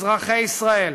אזרחי ישראל,